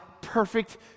perfect